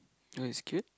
no it's cute